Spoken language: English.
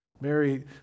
Mary